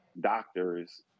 doctors